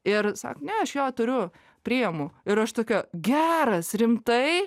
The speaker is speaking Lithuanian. ir sak ne aš jo turiu priimu ir aš tokia geras rimtai